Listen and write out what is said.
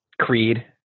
Creed